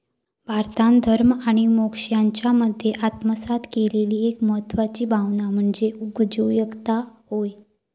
भारतान धर्म आणि मोक्ष यांच्यामध्ये आत्मसात केलेली एक महत्वाची भावना म्हणजे उगयोजकता होय